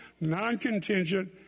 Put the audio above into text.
non-contingent